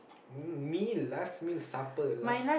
hm meal last meal supper last